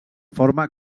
forma